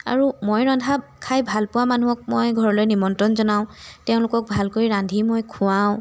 আৰু মই ৰন্ধা খাই ভালপোৱা মানুহক মই ঘৰলৈ নিমন্ত্ৰণ জনাওঁ তেওঁলোকক ভালকৈ ৰান্ধি মই খুৱাওঁ